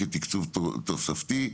כתקצוב תוספתי.